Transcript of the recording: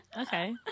Okay